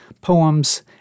poems